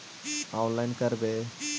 Online करवे?